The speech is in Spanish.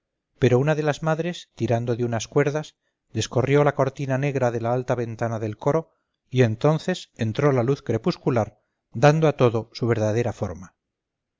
pero una de las madres tirando de unas cuerdas descorrió la cortina negra de la alta ventana del coro y entonces entró la luz crepuscular dando a todo su verdadera forma